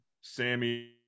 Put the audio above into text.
Sammy